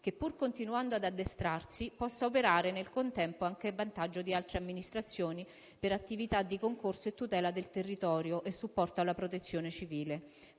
che, pur continuando ad addestrarsi, possa operare nel contempo anche a vantaggio di altre amministrazioni per attività di concorso a tutela del territorio e supporto alla Protezione civile.